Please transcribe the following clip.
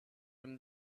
him